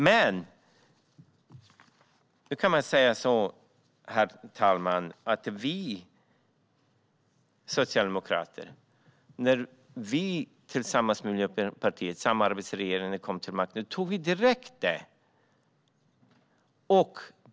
Men, herr ålderspresident, när vi socialdemokrater tillsammans med Miljöpartiet, samarbetsregeringen, kom till makten tog vi direkt tag i detta.